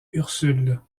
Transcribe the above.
ursule